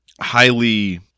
highly